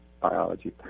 biology